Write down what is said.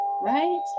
right